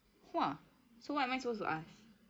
!wah! so what am I supposed to ask